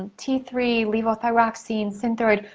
t three, levothyroxine, synthroid,